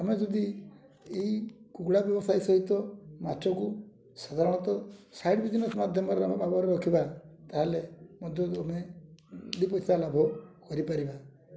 ଆମେ ଯଦି ଏଇ କୁକୁଡ଼ା ବ୍ୟବସାୟ ସହିତ ମାଛକୁ ସାଧାରଣତଃ ସାଇଡ଼୍ ବିଜ୍ନେସ୍ ମାଧ୍ୟମରେ ଆମେ ଭାବରେ ରଖିବା ତାହେଲେ ମଧ୍ୟ ଆମେ ଦୁଇ ପଇସା ଲାଭ କରିପାରିବା